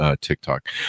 TikTok